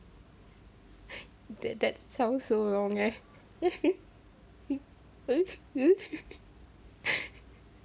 that that sounds so wrong eh